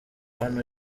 hano